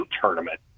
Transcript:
tournament